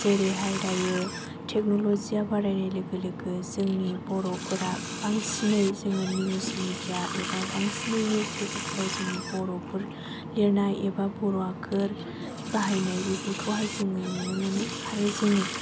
जेरैहाय दायो टेक्न'लजिआ बारायनाय लोगो लोगो जोंनि बर'फोरा बांसिनै जों निउस मिदिया एबा बांसिनै निउस पेपारफ्राव जोंनि बर'फोर लिरनाय एबा बर' आखर बाहायनाय बेफोरखौहाय जों नुनो मोनो आरो जों